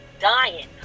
dying